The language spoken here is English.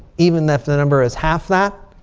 even if the number is half that.